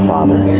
Father